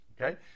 okay